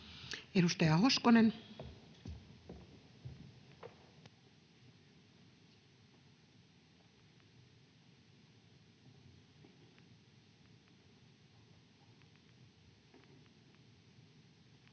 Edustaja Hoskonen. [Speech